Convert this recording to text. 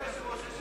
אדוני היושב-ראש,